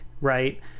Right